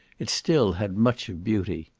it still had much of beauty.